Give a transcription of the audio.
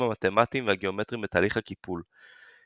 המתמטיים והגאומטריים בתהליך הקיפול.